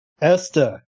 esther